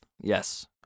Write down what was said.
Yes